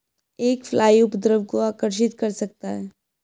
एक फ्लाई उपद्रव को आकर्षित कर सकता है?